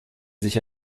sich